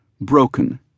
broken